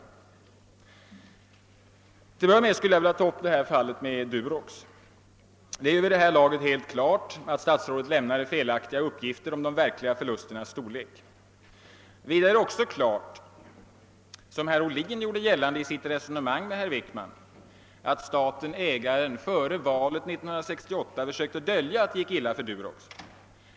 Till att börja med vill jag då ta upp fallet Durox. Det är vid detta laget fullt klart att statsrådet lämnade felaktiga uppgifter om de verkliga förlusternas storlek. Vidare är det också klart — som herr Ohlin gjorde gällande i sitt resonemang med herr Wickman — att staten-ägaren före valet 1968 hade försökt dölja att det gick illa för Durox.